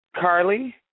Carly